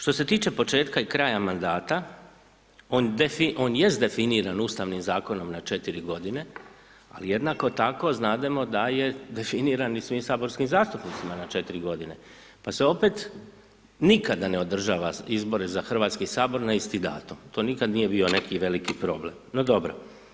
Što se tiče početka i kraja mandata, on jest definiran ustavnim zakonom na 4 godine, ali jednako tako znademo da je definiran i svim saborskim zastupnicima na 4 godine, pa se opet nikada ne održava izbori za HS na isti datum, to nikad nije bio neki veliki problem, no dobro.